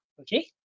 okay